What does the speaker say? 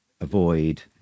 avoid